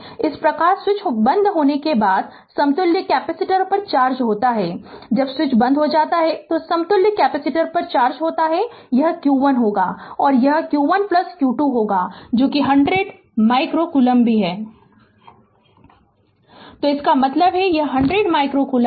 इस प्रकार स्विच बंद होने के बाद समतुल्य केपिसिटेस पर चार्ज होता है जब स्विच बंद हो जाता है तो समतुल्य केपिसिटेस पर चार्ज होता है यह q 1 होगा यह q 1 q 2 होगा जो कि 100 माइक्रो कूलम्ब भी है Refer slide time 2532 तो इसका मतलब है कि यह 100 माइक्रो कूलम्ब है